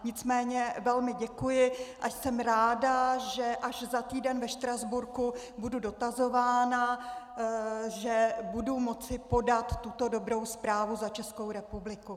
Nicméně velmi děkuji a jsem ráda, že až za týden ve Štrasburku budu dotazována, budu moci podat tuto dobrou zprávu za Českou republiku.